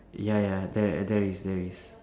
ya ya there there is there is